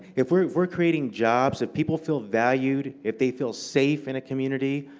if we're we're creating jobs, if people feel valued, if they feel safe in a community,